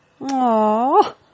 Aww